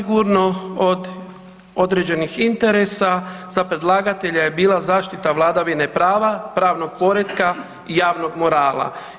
Zasigurno od određenih interesa za predlagatelja je bila zaštita vladavine prava, pravnog poretka i javnog morala.